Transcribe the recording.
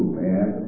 man